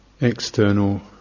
external